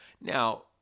Now